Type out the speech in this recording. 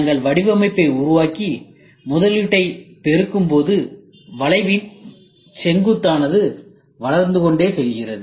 நாங்கள் வடிவமைப்பை உருவாக்கி முதலீட்டை பெருக்கும்போது வளைவின் செங்குத்தானது வளர்ந்து கொண்டே செல்கிறது